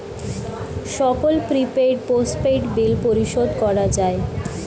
সকল prepaid, postpaid bill পরিশোধ করা যায়